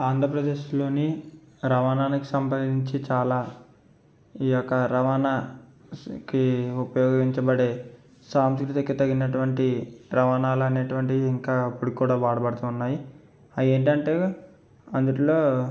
ఆంధ్రప్రదేశ్లోని రవాణానికి సంబంధించి చాలా ఈ యొక్క రవాణా కి ఉపయోగించబడే సాంస్కృతిక తగినటువంటి రవాణాలనేటువంటి ఇంకా ఇప్పుడు కూడా వాడబడుతున్నాయి అవి ఏంటంటే అన్నిటిలో